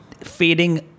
fading